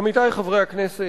עמיתי חברי הכנסת,